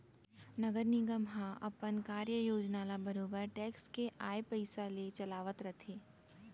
नगर निगम ह अपन कार्य योजना ल बरोबर टेक्स के आय पइसा ले चलावत रथे